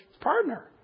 Partner